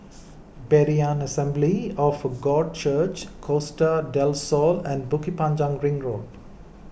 Berean Assembly of God Church Costa del Sol and Bukit Panjang Ring Road